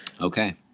Okay